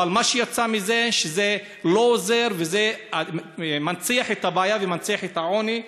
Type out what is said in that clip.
אבל מה שיצא הוא שזה לא עוזר וזה מנציח את הבעיה ומנציח את העוני.